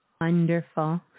wonderful